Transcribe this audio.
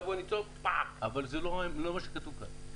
יש ניצוץ ו- -- זה לא מה שכתוב כאן.